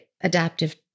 adaptive